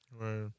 Right